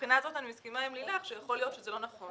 מהבחינה הזאת אני מסכימה עם לילך שיכול להיות שזה לא נכון,